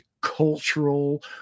cultural